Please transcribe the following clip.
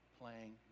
playing